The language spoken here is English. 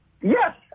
Yes